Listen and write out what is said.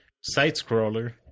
side-scroller